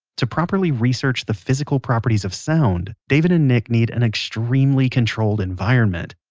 to properly research the physical properties of sound, david and nick need an extremely controlled environment.